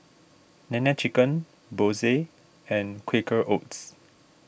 Nene Chicken Bose and Quaker Oats